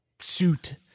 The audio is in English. suit